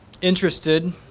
interested